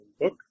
book